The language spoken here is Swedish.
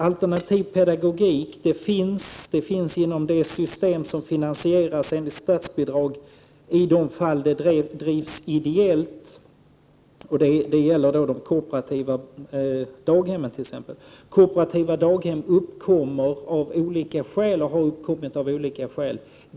Alternativ pedagogik finns inom det system som finansieras med statsbidrag i de fall barnomsorgen drivs ideellt. Det gäller t.ex. de kooperativa daghemmen. Kooperativa daghem har uppkommit av olika skäl.